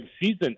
season